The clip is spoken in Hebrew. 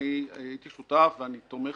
הייתי שותף ואני תומך